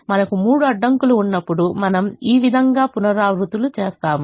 మనకు 3 అడ్డంకులు ఉన్నప్పుడు మనము ఈ విధంగా పునరావృత్తులు చేస్తాము